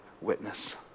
witness